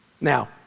Now